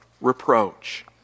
reproach